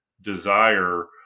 desire